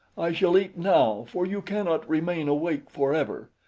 i shall eat now, for you cannot remain awake forever.